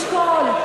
נשקול.